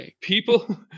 People